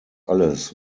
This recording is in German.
alles